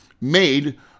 made